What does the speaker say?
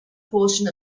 portion